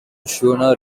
schooner